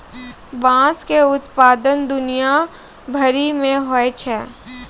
बाँस के उत्पादन दुनिया भरि मे होय छै